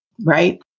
right